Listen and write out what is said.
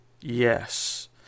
Yes